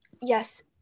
Yes